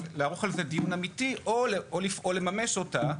אז לערוך על זה דיון אמיתי או לפעול לממש אותה,